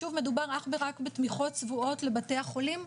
שוב מדובר אך ורק בתמיכות צבועות לבתי החולים,